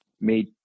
made